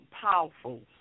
powerful